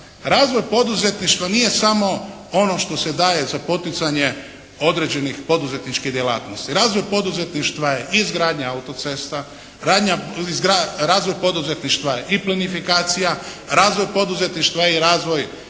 Razvoj poduzetništva nije samo ono što se daje za poticanje određenih poduzetničkih djelatnosti. Razvoj poduzetništva je izgradnja autocesta, razvoj poduzetništva i plinifikacija, razvoj poduzetništva i razvoj